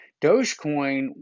dogecoin